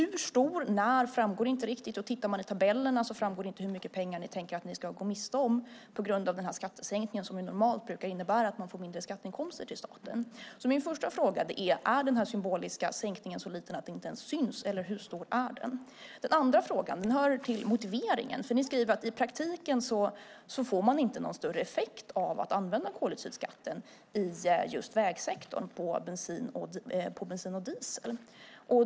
Hur stor och när framgår inte riktigt. Och av tabellerna framgår det inte hur mycket pengar ni tänker att ni ska gå miste om på grund av skattesänkningen, som normalt brukar innebära mindre skatteinkomster för staten. Min första fråga är: Är den symboliska sänkningen så liten att den inte ens syns, eller hur stor är den? Den andra frågan rör motiveringen, för ni skriver att i praktiken blir det ingen större effekt av att använda koldioxidskatten i just vägsektorn, på bensin och diesel.